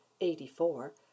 eighty-four